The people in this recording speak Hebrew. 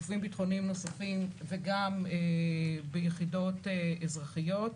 ובגופים ביטחוניים נוספים וגם ביחידות אזרחיות.